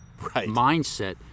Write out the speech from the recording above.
mindset